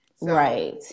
right